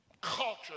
Culture